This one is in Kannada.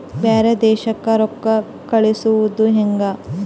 ಬ್ಯಾರೆ ದೇಶಕ್ಕೆ ರೊಕ್ಕ ಕಳಿಸುವುದು ಹ್ಯಾಂಗ?